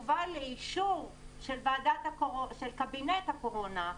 והובא לאישור של קבינט הקורונה,